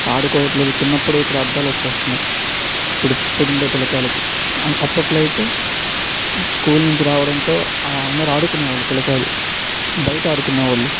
ఆడుకోవట్లేదు చిన్నప్పుడే ఇప్పుడు అద్దాలు వచ్చేస్తున్నాయి ఇప్పుడు ఇప్పుడు ఉండే పిలకాయలకి అప్పట్లో అయితే స్కూల్ నుంచి రావడంతో అందరు ఆడుకునే వాళ్ళు పిల్లకాయలు బయట ఆడుకునే వాళ్ళు